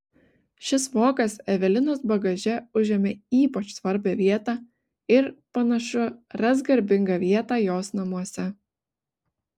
šis vokas evelinos bagaže užėmė ypač svarbią vietą ir panašu ras garbingą vietą jos namuose